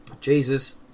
Jesus